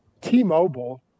T-Mobile